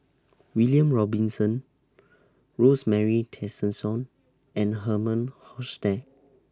William Robinson Rosemary Tessensohn and Herman Hochstadt